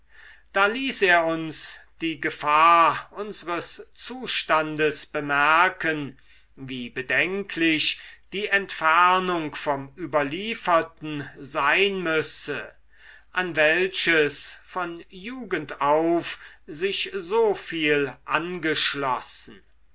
da ließ er uns die gefahr unsres zustandes bemerken wie bedenklich die entfernung vom überlieferten sein müsse an welches von jugend auf sich so viel angeschlossen